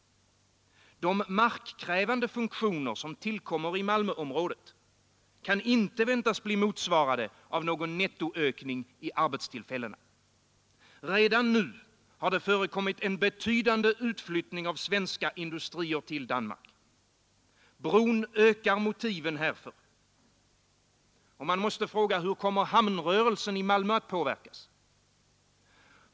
De markkrävande funktioner som tillkommer i Malmöområdet kan inte väntas motsvaras av någon nettoökning av antalet arbetstillfällen. Redan nu har det förekommit en betydande utflyttning av svenska industrier till Danmark. Bron ökar motiven härför. Och man måste fråga sig: Hur kommer hamnrörelsen i Malmö att påverkas?